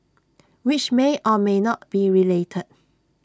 which may or may not be related